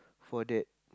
for that